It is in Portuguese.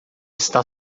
está